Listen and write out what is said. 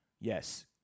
Yes